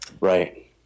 Right